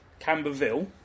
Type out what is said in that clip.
Camberville